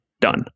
Done